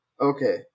Okay